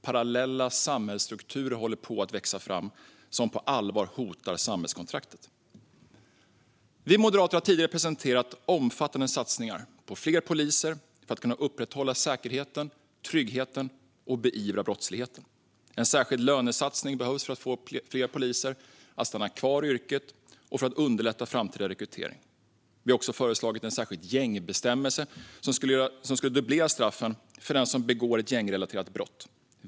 Parallella samhällsstrukturer som på allvar hotar samhällskontraktet håller på att växa fram. Vi moderater har tidigare presenterat omfattande satsningar på fler poliser för att kunna upprätthålla säkerheten och tryggheten och beivra brottsligheten. En särskild lönesatsning behövs för att vi ska få fler poliser att stanna kvar i yrket och för att underlätta framtida rekrytering. Vi har också föreslagit en särskild gängbestämmelse som skulle dubblera straffen för den som begår ett gängrelaterat brott.